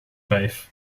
faith